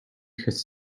has